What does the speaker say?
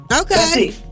Okay